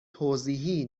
توضیحی